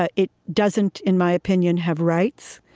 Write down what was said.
ah it doesn't, in my opinion, have rights,